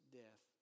death